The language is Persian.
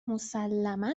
مسلما